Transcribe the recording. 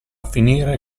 finire